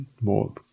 more